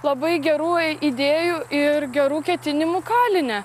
labai gerų idėjų ir gerų ketinimų kaline